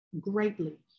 greatly